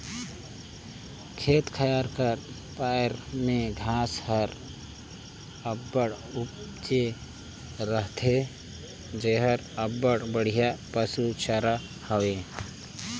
खेत खाएर का पाएर में घांस हर अब्बड़ उपजे रहथे जेहर अब्बड़ बड़िहा पसु चारा हवे